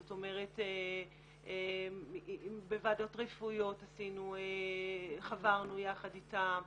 זאת אומרת בוועדות רפואיות חברנו יחד איתם,